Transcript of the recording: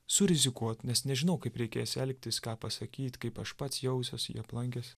surizikuot nes nežinau kaip reikės elgtis ką pasakyt kaip aš pats jausiuosi jį aplankęs